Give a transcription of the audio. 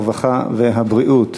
הרווחה והבריאות.